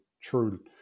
true